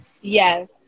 Yes